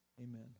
Amen